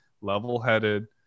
level-headed